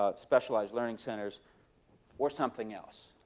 ah specialized learning centers or something else.